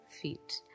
feet